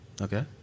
Okay